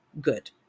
good